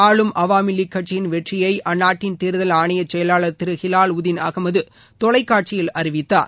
ஆளும் அவாமிலீக் கட்சியின்வெற்றியை அந்நாட்டின் தேர்தல் ஆணைய செயலாளர் திரு ஹீலால் உதின் அகமது தொலைக்காட்சியில் அறிவித்தார்